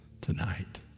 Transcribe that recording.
tonight